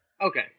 Okay